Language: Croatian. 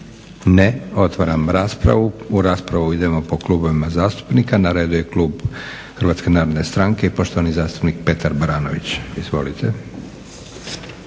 Ne. Otvaram raspravu. U raspravu idemo po klubovima zastupnika. Na redu je klub HNS-a i poštovani zastupnik Petar Baranović. Izvolite.